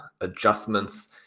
adjustments